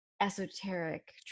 esoteric